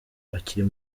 akiri